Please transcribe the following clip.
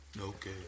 Okay